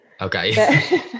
Okay